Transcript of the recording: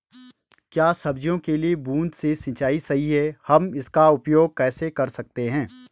क्या सब्जियों के लिए बूँद से सिंचाई सही है हम इसका उपयोग कैसे कर सकते हैं?